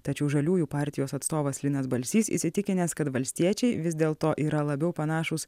tačiau žaliųjų partijos atstovas linas balsys įsitikinęs kad valstiečiai vis dėl to yra labiau panašūs